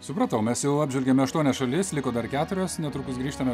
supratau mes jau apžvelgėme aštuonias šalis liko dar keturios netrukus grįžtame